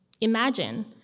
Imagine